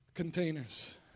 Containers